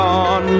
on